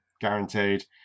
guaranteed